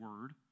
word